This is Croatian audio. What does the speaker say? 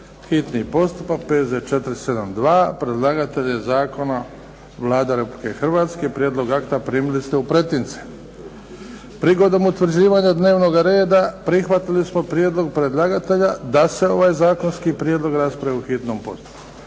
čitanje, P.Z. br. 472. Predlagatelj je zakona Vlada Republike Hrvatske. Prijedlog akta primili ste u pretince. Prigodom utvrđivanja dnevnoga reda prihvatili smo prijedlog predlagatelja da se ovaj zakonski prijedlog raspravi u hitnom postupku.